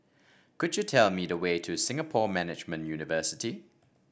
could you tell me the way to Singapore Management University